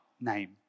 name